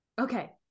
okay